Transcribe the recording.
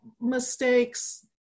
mistakes